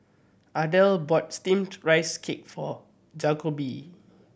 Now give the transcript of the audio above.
Ardell bought Steamed Rice Cake for Jacoby